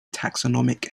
taxonomic